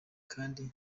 kandi